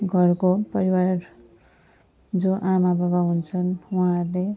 घरको परिवार जो आमाबाबा हुन्छन् उहाँहरूले